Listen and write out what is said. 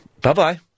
Bye-bye